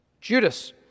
Judas